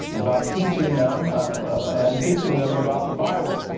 about teaching them and teaching them about the bible.